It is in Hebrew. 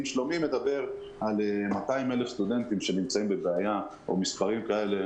אם שלומי מדבר על 200,000 סטודנטים שנמצאים בבעיה או מספרים כאלה,